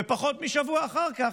ופחות משבוע אחר כך,